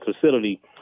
facility